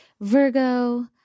Virgo